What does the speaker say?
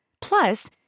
Plus